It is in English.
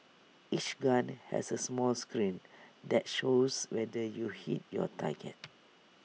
each gun has A small screen that shows whether you hit your target